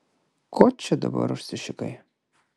ko čia dabar užsišikai